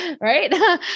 Right